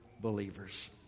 believers